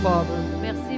Father